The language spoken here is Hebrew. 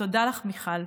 תודה לך מיכל,